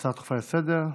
ההצעה הדחופה לסדר-היום.